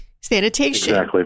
sanitation